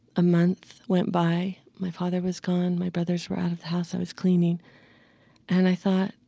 a month went by. my father was gone, my brothers were out of the house. i was cleaning and i thought,